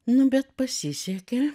nu bet pasisekė